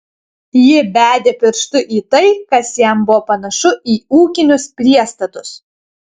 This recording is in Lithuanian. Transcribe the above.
ji bedė pirštu į tai kas jam buvo panašu į ūkinius priestatus